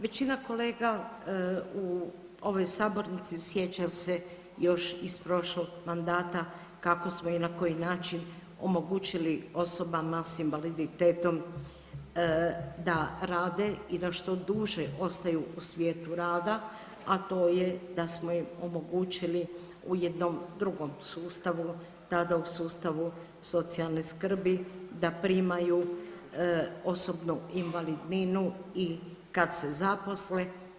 Većina kolega u ovoj sabornici sjeća se još iz prošlog mandata kako smo i na koji način omogućili osobama sa invaliditetom da rade i da što duže ostaju u svijetu rada, a to je da smo im omogućili u jednom drugom sustavu, tada u sustavu socijalne skrbi da primaju osobnu invalidninu i kad se zaposle.